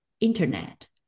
internet